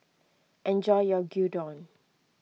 enjoy your Gyudon